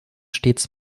stets